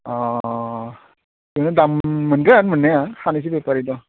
अ नोङो दाम मोनगोन मोननाया सानैसो बेफारि दं